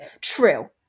True